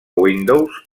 windows